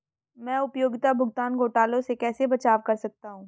मैं उपयोगिता भुगतान घोटालों से कैसे बचाव कर सकता हूँ?